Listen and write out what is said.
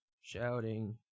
shouting